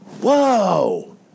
Whoa